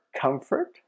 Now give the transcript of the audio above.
comfort